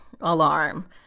alarm